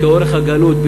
כאורך הגלות,